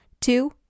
two